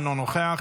אינו נוכח,